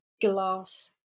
glass